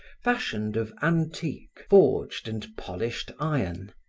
fashioned of antique, forged and polished iron,